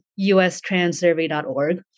ustranssurvey.org